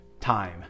time